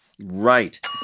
Right